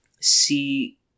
see